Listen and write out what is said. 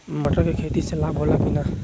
मटर के खेती से लाभ होला कि न?